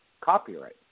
copyright